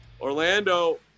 Orlando